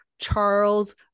Charles